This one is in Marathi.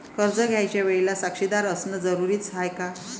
कर्ज घ्यायच्या वेळेले साक्षीदार असनं जरुरीच हाय का?